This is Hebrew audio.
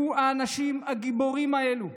האנשים הגיבורים האלו,